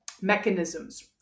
mechanisms